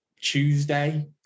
Tuesday